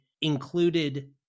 included